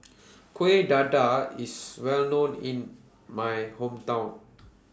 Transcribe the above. Kuih Dadar IS Well known in My Hometown